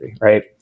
right